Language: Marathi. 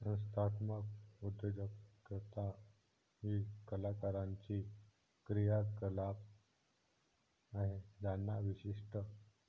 संस्थात्मक उद्योजकता ही कलाकारांची क्रियाकलाप आहे ज्यांना विशिष्ट